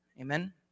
Amen